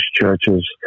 churches